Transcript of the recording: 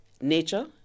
nature